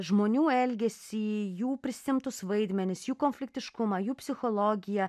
žmonių elgesį jų prisiimtus vaidmenis jų konfliktiškumą jų psichologiją